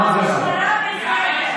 המשטרה בסדר.